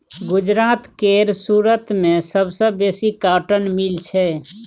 गुजरात केर सुरत मे सबसँ बेसी कॉटन मिल छै